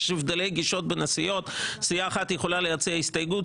יש הבדלים גישות בין הסיעות כאשר סיעה אחת יכולה להציע הסתייגות,